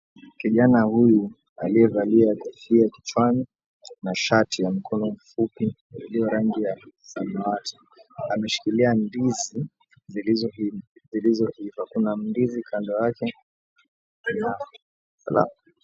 Kijana huyu aliyevalia kofia kichwani na shati ya mkono mfupi iliyo rangi ya samawati ameshikilia ndizi zilizoiva. Kuna ndizi kando yake.